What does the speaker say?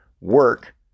work